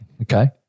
Okay